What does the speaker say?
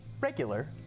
Regular